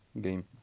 game